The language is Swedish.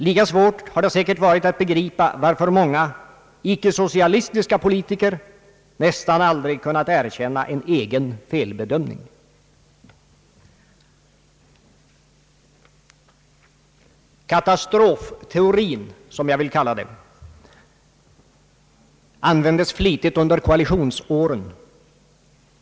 Lika svårt har det säkert varit att begripa varför många icke-socialistiska politiker nästan aldrig kunnat erkänna en egen felbedömning. Katastrofteorin, som jag vill kalla det, användes flitigt under koalitionsåren.